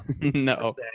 No